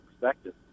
perspective